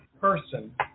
person